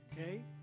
Okay